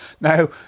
now